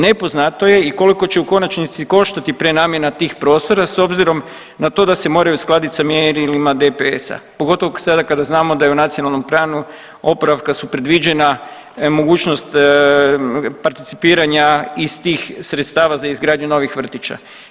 Nepoznato je i koliko će u konačnici koštati prenamjena tih prostora s obzirom na to da se moraju uskladiti sa mjerilima DPS-a pogotovo sada kada znamo da je u NPOO su predviđena mogućnost participiranja iz tih sredstava za izgradnju novih vrtića.